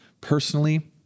personally